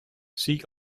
see